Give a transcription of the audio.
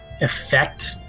effect